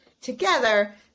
together